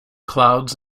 clouds